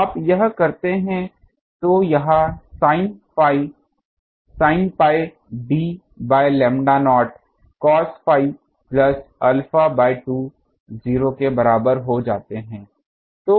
आप यह करते हैं तो यह sin phi sin pi d by lambda not cos phi plus alpha by 2 0 के बराबर हो जाते है